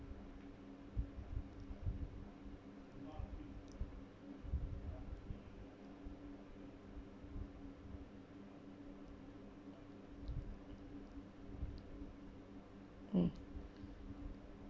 mm